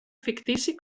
fictici